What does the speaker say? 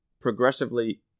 progressively